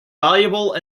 valuable